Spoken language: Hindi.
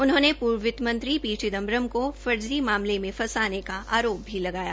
उन्होंने पूर्व वितमंत्री पी चिदम्बरम को फर्जी मामले में फसाने को आरोप भी लगाया